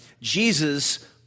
Jesus